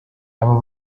abo